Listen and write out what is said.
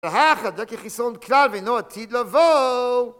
החדק החיסון כלל ולא עתיד לבוא!